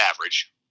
average